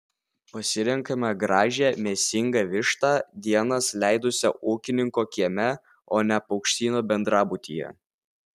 pasirenkame gražią mėsingą vištą dienas leidusią ūkininko kieme o ne paukštyno bendrabutyje